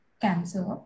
cancer